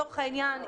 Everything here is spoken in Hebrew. לצורך העניין,